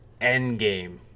endgame